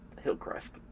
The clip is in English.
Hillcrest